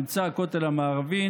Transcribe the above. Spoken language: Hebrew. נמצא הכותל המערבי,